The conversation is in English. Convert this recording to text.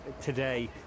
today